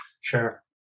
Sure